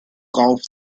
golf